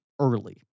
early